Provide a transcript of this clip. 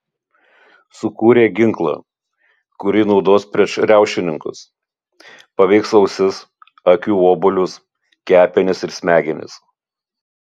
sukūrė ginklą kurį naudos prieš riaušininkus paveiks ausis akių obuolius kepenis ir smegenis